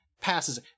passes